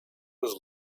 was